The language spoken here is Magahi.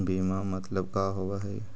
बीमा मतलब का होव हइ?